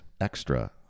extra